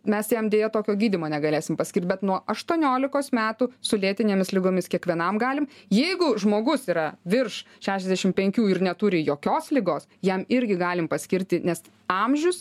mes jam deja tokio gydymo negalėsim paskirt bet nuo aštuoniolikos metų su lėtinėmis ligomis kiekvienam galim jeigu žmogus yra virš šešiasdešim penkių ir neturi jokios ligos jam irgi galim paskirti nes amžius